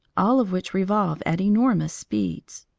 all of which revolve at enormous speeds.